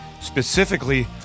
Specifically